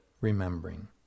remembering